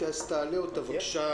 גם אצלנו היו אירועים בשבוע